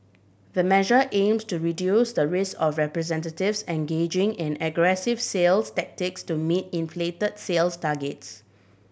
the measure aims to reduce the risk of representatives engaging in aggressive sales tactics to meet inflated sales targets